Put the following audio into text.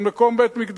על מקום בית-מקדשנו?